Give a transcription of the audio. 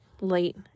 late